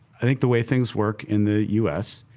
i think the way things work in the u s.